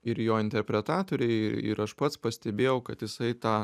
ir jo interpretatoriai ir aš pats pastebėjau kad jisai tą